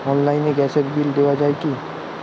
অনলাইনে গ্যাসের বিল দেওয়া যায় কি?